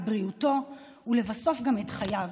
את בריאותו ולבסוף גם את חייו,